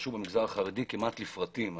שהתרחשו במגזר החרדי כמעט לפרטים.